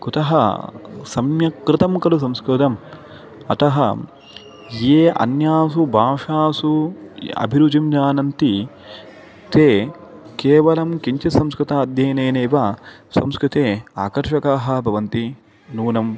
कुतः सम्यक् कृतं खलु संस्कृतम् अतः ये अन्यासु भाषासु अभिरुचिं जानन्ति ते केवलं किञ्चित् संस्कृताध्ययनेनैव संस्कृते आकर्षकाः भवन्ति नूनम्